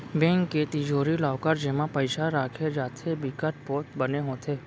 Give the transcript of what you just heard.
bank के तिजोरी, locker जेमा पइसा राखे जाथे बिकट पोठ बने होथे